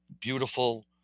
beautiful